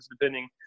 depending